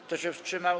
Kto się wstrzymał?